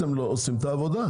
אתם לא עושים את העבודה,